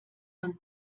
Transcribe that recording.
man